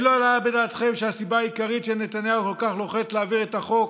האם לא עלה בדעתכם שהסיבה העיקרית שנתניהו כל כך לוחץ להעביר את החוק